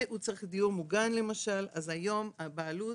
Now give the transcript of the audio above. והוא צריך דיוק מוגן למשל, אז היום הבעלות